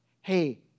Hey